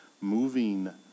Moving